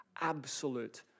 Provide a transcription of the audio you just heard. Absolute